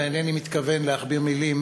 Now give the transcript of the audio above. ואינני מתכוון להכביר מילים,